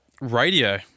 radio